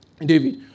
David